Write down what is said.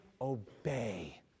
obey